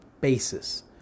basis